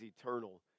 eternal